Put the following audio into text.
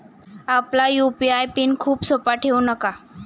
आपला UPI pin खूप सोपा ठेवू नका